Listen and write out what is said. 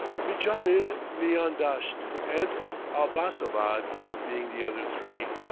mijamid, miandasht, and abassabad being the other three,